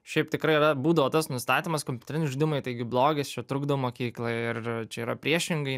šiaip tikrai yra būdavo tas nusistatymas kompiuteriniai žaidimai taigi blogis čia trukdo mokyklai ir čia yra priešingai